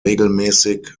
regelmäßig